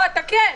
אתה כן.